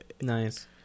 nice